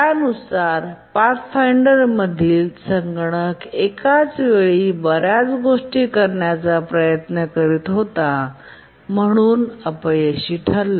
त्यानुसार पाथफाईंडर मधील संगणक एकाच वेळी बऱ्याच गोष्टी करण्याचा प्रयत्न करीत होता म्हणून अपयशी ठरला